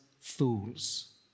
fools